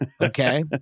okay